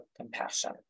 compassion